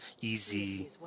easy